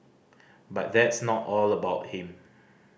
but that's not all about him